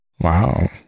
Wow